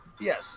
Yes